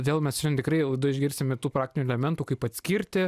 vėl mes šiandien tikrai laidoj išgirsime tų praktinių elementų kaip atskirti